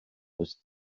does